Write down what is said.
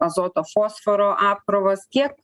azoto fosforo apkrovas kiek